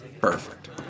Perfect